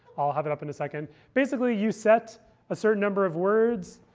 i'll have it up in a second. basically, you set a certain number of words.